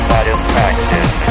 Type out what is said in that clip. Satisfaction